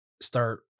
start